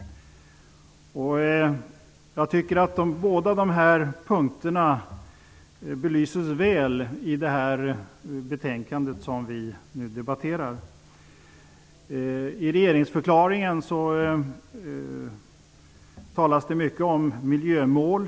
Båda dessa punkter belyses väl i det betänkande som vi nu debatterar. I regeringsförklaringen talas det mycket om miljömål.